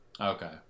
Okay